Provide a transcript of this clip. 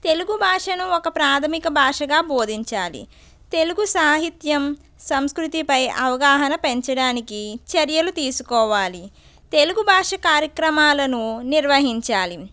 తెలుగు భాషను ఒక ప్రాథమిక భాషగా బోధించాలి తెలుగు సాహిత్యం సంస్కృతిపై అవగాహన పెంచడానికి చర్యలు తీసుకోవాలి తెలుగు భాష కార్యక్రమాలను నిర్వహించాలి